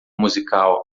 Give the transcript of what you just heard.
musical